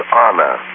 honor